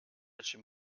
jim